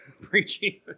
preaching